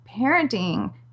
parenting